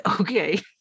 okay